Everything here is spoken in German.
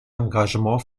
engagement